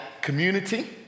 community